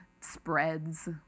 spreads